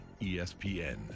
ESPN